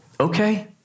okay